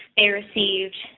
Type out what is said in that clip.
they received.